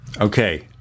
Okay